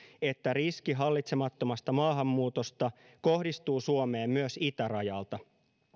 että riski hallitsemattomasta maahanmuutosta kohdistuu suomeen myös itärajalta